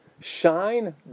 shine